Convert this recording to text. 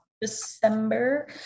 December